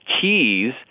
keys